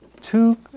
two